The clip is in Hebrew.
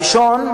הראשון,